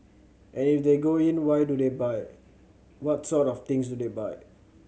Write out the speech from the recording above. and if they go in why do they buy what sort of things do they buy